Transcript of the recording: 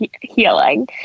healing